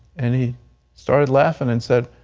and he started laughing and said,